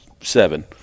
seven